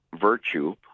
virtue